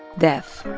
death